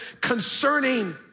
concerning